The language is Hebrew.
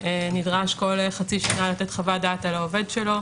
שנדרש בכל חצי שנה לתת חוות דעת על העובד שלו,